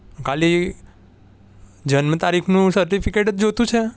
ખાલી જન્મ તારીખનું સર્ટિફિકેટ જ જોતું છે